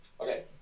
Okay